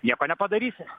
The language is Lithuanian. nieko nepadarysi